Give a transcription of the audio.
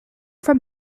from